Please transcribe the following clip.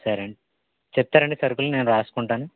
సరే అండి చెప్తారండి సరుకులు నేను రాసుకుంటాను